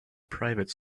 private